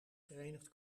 verenigd